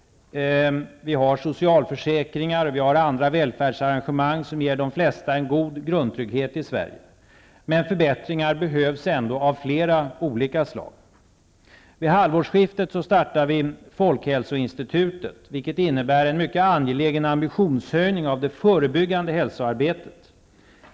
Vi har socialförsäkringar och vi har andra välfärdsarrangemang i Sverige som ger de flesta en god grundtrygghet. Men förbättringar behövs ändå av flera olika slag. Vid halvårsskiftet startar vi Folkhälsoinstitutet, vilket innebär en mycket angelägen ambitionshöjning av det förebyggande hälsoarbetet.